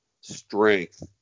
strength